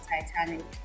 titanic